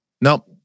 Nope